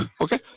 Okay